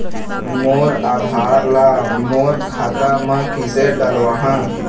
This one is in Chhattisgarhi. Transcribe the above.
मोर आधार ला मोर खाता मे किसे डलवाहा?